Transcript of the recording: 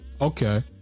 Okay